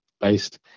based